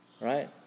Right